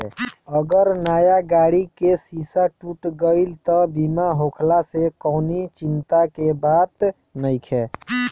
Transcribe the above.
अगर नया गाड़ी के शीशा टूट गईल त बीमा होखला से कवनी चिंता के बात नइखे